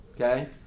Okay